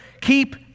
keep